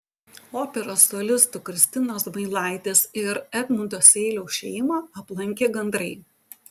operos solistų kristinos zmailaitės ir edmundo seiliaus šeimą aplankė gandrai